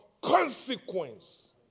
consequence